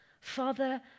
Father